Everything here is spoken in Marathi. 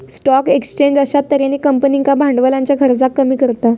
स्टॉक एक्सचेंज अश्या तर्हेन कंपनींका भांडवलाच्या खर्चाक कमी करता